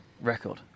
record